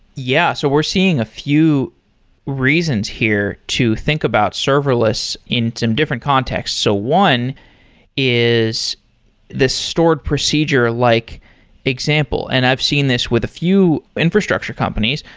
yeah. so we're seeing a few reasons here to think about serverless in some different context. so one is the stored procedure-like example, and i've seen this with a few infrastructure companies.